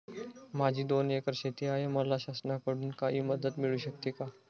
माझी दोन एकर शेती आहे, मला शासनाकडून काही मदत मिळू शकते का?